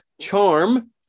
charm